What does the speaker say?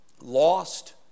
lost